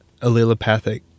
allelopathic